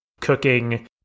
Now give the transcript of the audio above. cooking